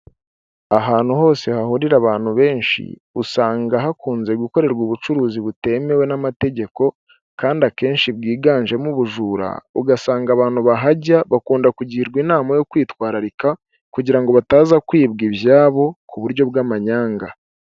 Ahantu hose hahurira abantu benshi usanga hakunze gukorerwa ubucuruzi butemewe n'amategeko, kandi akenshi bwiganjemo ubujura ugasanga abantu bahajya bakunda kugirwa inama yo kwitwararika, kugira ngo bataza kwibwa ibyabo ku buryo bw'amanyanga.